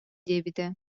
диэбитэ